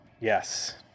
Yes